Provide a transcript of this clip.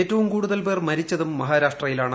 ഏറ്റവും കൂടുതൽ പേർ മരിച്ചതും മഹാരാഷ്ട്രയിലാണ്